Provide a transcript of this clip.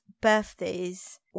birthdays